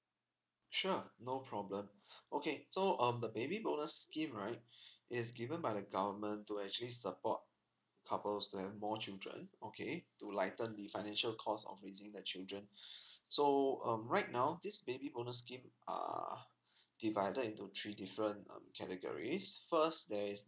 sure no problem okay so um the baby bonus scheme right is given by the government to actually support couples to have more children okay to lighten the financial cost of raising the children so um right now this baby bonus scheme are divided into three different uh categories first there is